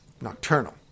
nocturnal